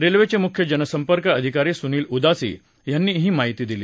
रेल्वेचे मुख्य जनसंपर्क अधिकारी सुनिल उदासी यांनी ही माहिती दिली